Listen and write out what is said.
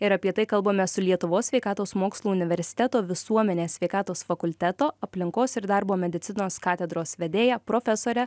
ir apie tai kalbamės su lietuvos sveikatos mokslų universiteto visuomenės sveikatos fakulteto aplinkos ir darbo medicinos katedros vedėja profesore